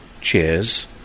cheers